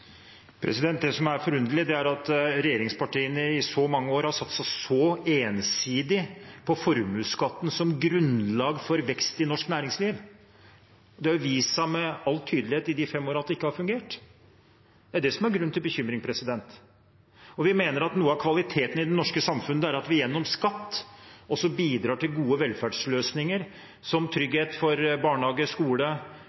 næringslivet. Det som er forunderlig, er at regjeringspartiene i så mange år har satset så ensidig på formuesskatten som grunnlag for vekst i norsk næringsliv. Det er vist med all tydelighet i de fem årene at det ikke har fungert. Det er det som grunnen til bekymring. Vi mener at noe av kvaliteten i det norske samfunnet er at vi gjennom skatt bidrar til gode velferdsløsninger, som